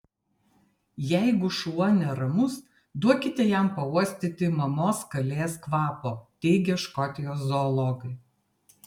jeigu šuo neramus duokite jam pauostyti mamos kalės kvapo teigia škotijos zoologai